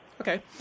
Okay